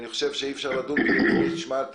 אני חושב שאי אפשר לדון בזה לפני שנשמע את